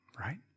Right